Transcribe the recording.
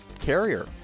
carrier